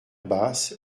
basses